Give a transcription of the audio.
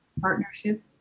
partnership